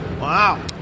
Wow